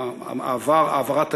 העברת הידע,